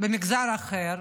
במגזר אחר,